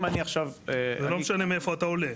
אם אני עכשיו --- זה לא משנה מאיפה אתה עולה.